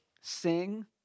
sing